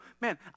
man